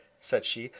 said she,